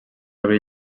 obrir